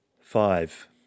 Five